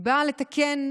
היא באה לתקן,